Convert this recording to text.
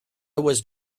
was